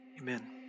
Amen